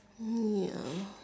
ya